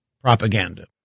propaganda